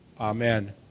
Amen